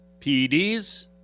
PEDs